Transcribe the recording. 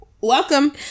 Welcome